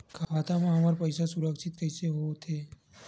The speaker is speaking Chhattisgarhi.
खाता मा हमर पईसा सुरक्षित कइसे हो थे?